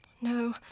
No